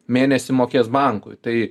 mėnesį mokės bankui tai